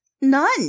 None